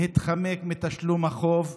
להתחמק מתשלום החוב.